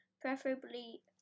preferably